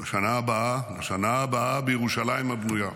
"לשנה הבאה בירושלים הבנויה"